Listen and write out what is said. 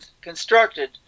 constructed